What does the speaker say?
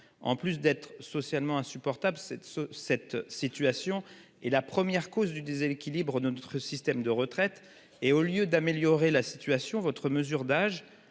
en plus d'être socialement insupportable cette, cette situation est la première cause du déséquilibre de notre système de retraite et au lieu d'améliorer la situation. Votre mesure d'âge